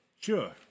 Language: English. Sure